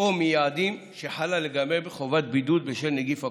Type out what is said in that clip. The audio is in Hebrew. או מיעדים שחלה לגביהם חובת בידוד בשל נגיף הקורונה.